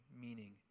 meaning